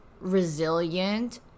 resilient